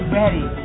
ready